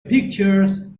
pictures